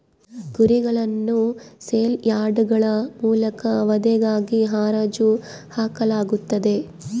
ಕುರಿಗಳನ್ನು ಸೇಲ್ ಯಾರ್ಡ್ಗಳ ಮೂಲಕ ವಧೆಗಾಗಿ ಹರಾಜು ಹಾಕಲಾಗುತ್ತದೆ